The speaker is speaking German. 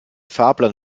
fahrplan